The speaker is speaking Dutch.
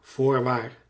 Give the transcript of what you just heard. voorwaar